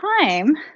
time